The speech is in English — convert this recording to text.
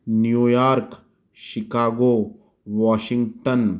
New York Chicago Washington